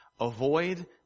avoid